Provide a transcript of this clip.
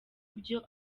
ibyo